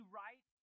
right